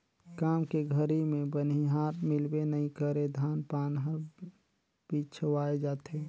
काम के घरी मे बनिहार मिलबे नइ करे धान पान हर पिछवाय जाथे